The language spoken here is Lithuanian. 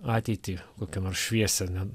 ateitį kokią nors šviesią ane